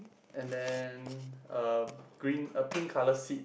and then a green a pink colour seat